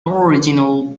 original